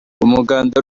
umuganda